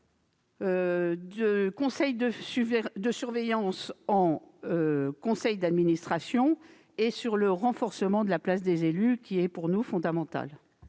du conseil de surveillance de l'ARS en conseil d'administration, ni sur le renforcement de la place des élus, qui est à notre sens fondamental.